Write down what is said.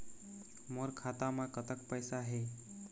मोर खाता म कतक पैसा हे?